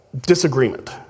disagreement